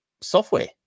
software